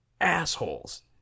assholes